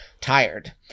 tired